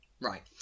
Right